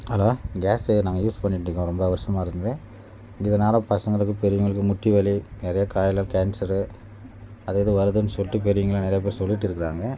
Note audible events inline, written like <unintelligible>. hello gas use நாங்கள் use பண்ணிகிட்டு இருக்கிறோம் ரொம்ப வருஷமா இருந்து இதனால பசங்களுக்கும் பெரியவங்களுக்கும் முட்டி வலி நிறையா <unintelligible> கேன்சரு அது இது வருதுன்னு சொல்லிட்டு பெரியவங்க நிறையா பேர் சொல்லிகிட்டு இருக்கிறாங்க